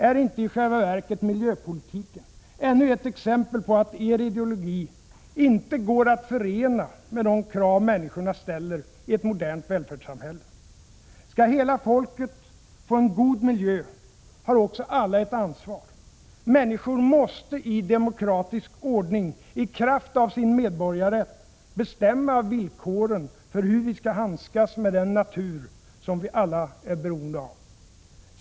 Är inte i själva verket miljöpolitiken ännu ett exempel på att er ideologi inte går att förena med de krav människorna ställer i ett modernt välfärdssamhälle? Skall hela folket få en god miljö har också alla ett ansvar. Människor måste i demokratisk ordning, i kraft av sin medborgarrätt, bestämma villkoren för hur vi skall handskas med den natur som vi alla är beroende av.